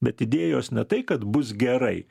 bet idėjos ne tai kad bus gerai